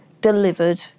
delivered